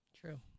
True